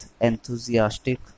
enthusiastic